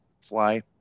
fly